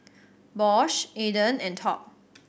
Bosch Aden and Top